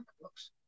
books